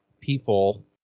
people